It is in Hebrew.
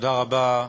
תודה רבה,